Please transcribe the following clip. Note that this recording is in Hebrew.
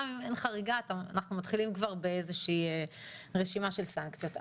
גם אם אין חריגה אנחנו מתחילים כבר באיזושהי רשימה של סנקציות.